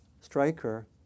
striker